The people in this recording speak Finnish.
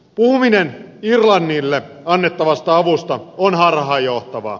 puhuminen irlannille annettavasta avusta on harhaanjohtavaa